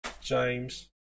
James